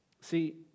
See